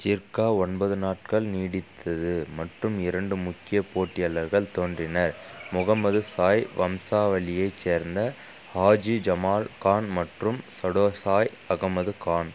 ஜிர்கா ஒன்பது நாட்கள் நீடித்தது மற்றும் இரண்டு முக்கிய போட்டியாளர்கள் தோன்றினர் முகமது சாய் வம்சாவளியைச் சேர்ந்த ஹாஜி ஜமால் கான் மற்றும் சடோசாய் அகமது கான்